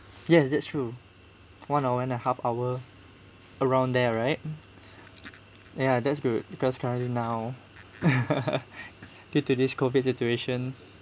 yes that's true one hour and a half hour around there right ya that's good because currently now due to this COVID situation